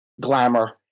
glamour